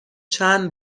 چند